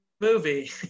movie